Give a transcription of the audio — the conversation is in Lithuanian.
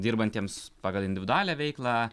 dirbantiems pagal individualią veiklą